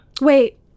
wait